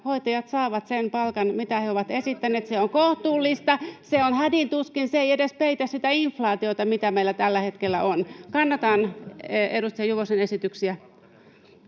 hoitajat saavat sen palkan, mitä he ovat esittäneet. Se on kohtuullista, ja se ei edes peitä sitä inflaatiota, mikä meillä tällä hetkellä on. Kannatan edustaja Juvosen esityksiä.